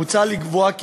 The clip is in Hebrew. מוצע לקבוע כי,